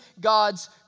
God's